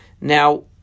Now